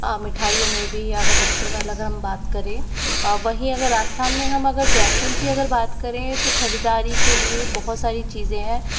मिठाइयों में भी अगर वस्त्रों में अगर हम बात करें वहीं अगर राजस्थान में हम जयपुर की अगर बात करें तो खरीददारी के लिए बहुत सारी चीज़ें हैं